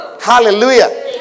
Hallelujah